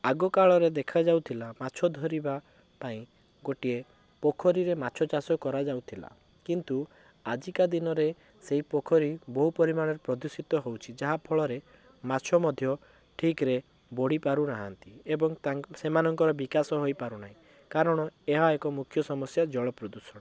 ଆଗକାଳରେ ଦେଖାଯାଉଥିଲା ମାଛ ଧରିବା ପାଇଁ ଗୋଟିଏ ପୋଖରୀରେ ମାଛ ଚାଷ କରାଯାଉଥିଲା କିନ୍ତୁ ଆଜିକା ଦିନରେ ସେହି ପୋଖରୀ ବହୁ ପରିମାଣରେ ପ୍ରଦୂଷିତ ହଉଛି ଯାହାଫଳରେ ମାଛ ମଧ୍ୟ ଠିକ୍ରେ ବଢ଼ି ପାରୁନାହାନ୍ତି ଏବଂ ତାଙ୍କ ସେମାନଙ୍କର ବିକାଶ ହୋଇପାରୁନାହିଁ କାରଣ ଏହା ଏକ ମୁଖ୍ୟ ସମସ୍ୟା ଜଳପ୍ରଦୂଷଣ